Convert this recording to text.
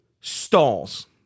stalls